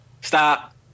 stop